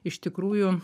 iš tikrųjų